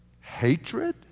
hatred